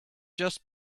just